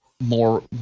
more